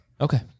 Okay